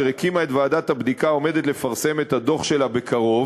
אשר הקימה את ועדת הבדיקה העומדת לפרסם את הדוח שלה בקרוב,